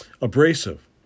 Abrasive